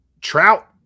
Trout